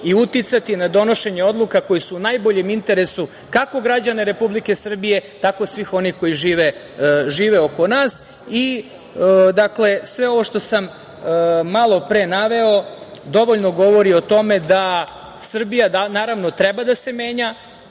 i uticati na donošenje odluka koja su u najboljem interesu kako građana Republike Srbije, tako svih onih koji žive oko nas. Dakle, sve ovo što sam malo pre naveo dovoljno govori o tome da Srbija, naravno, treba, da se menja,